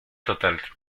total